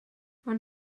ond